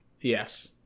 yes